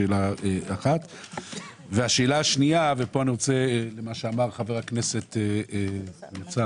שאלה שנייה, הנושא